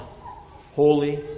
holy